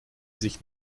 sich